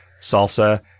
salsa